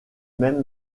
même